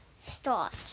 start